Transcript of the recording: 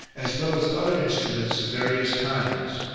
as well as other instruments of various kinds.